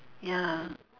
ya